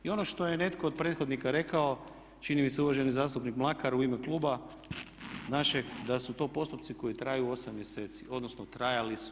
I ono što je netko od prethodnika rekao čini mi se uvaženi zastupnik Mlakar u ime kluba našeg da su to postupci koji traju 8 mjeseci, odnosno trajali su.